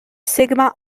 sigma